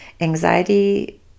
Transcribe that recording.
anxiety